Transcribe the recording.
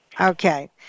Okay